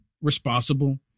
responsible